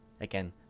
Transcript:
Again